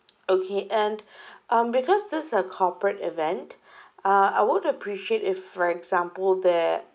okay and um because this a corporate event uh I would appreciate if for example there